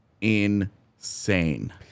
insane